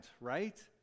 right